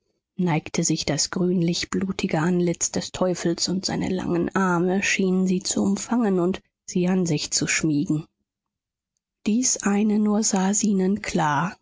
neigte sich das grünlich blutige antlitz des teufels und seine langen arme schienen sie zu umfangen und sie an sich zu schmiegen dies eine nur sah zenon klar